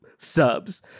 subs